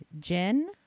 Jen